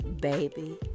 baby